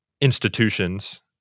institutions